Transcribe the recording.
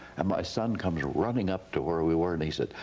and my son comes running up to where we were and he said,